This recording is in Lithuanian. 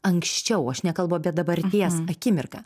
anksčiau aš nekalbu apie dabarties akimirką